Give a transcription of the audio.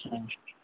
अच्छा